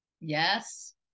Yes